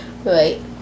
Right